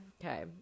okay